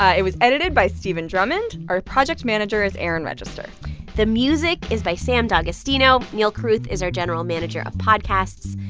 ah it was edited by steven drummond. our project manager is erin register the music is by sam d'agostino. neal carruth is our general manager of podcasts.